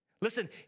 Listen